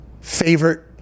favorite